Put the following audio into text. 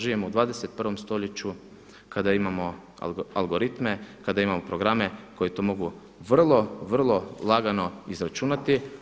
Živimo u 21 st. kada imamo algoritme, kada imamo programe koji to mogu vrlo, vrlo lagano izračunati.